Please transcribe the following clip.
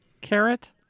carrot